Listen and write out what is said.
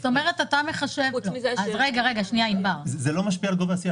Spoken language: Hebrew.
זה לא משפיע על גובה הסיוע.